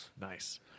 Nice